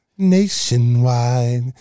nationwide